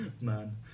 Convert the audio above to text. Man